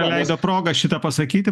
praleido progą šį tą pasakyti